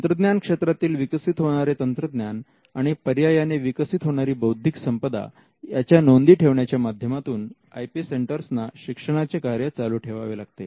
तंत्रज्ञान क्षेत्रातील विकसित होणारे तंत्रज्ञान आणि पर्यायाने विकसित होणारी बौद्धिक संपदा याच्या नोंदी ठेवण्याच्या माध्यमातून आय पी सेंटर्सना शिक्षणाचे कार्य चालू ठेवावे लागते